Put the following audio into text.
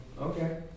Okay